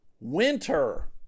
Winter